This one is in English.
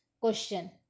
Question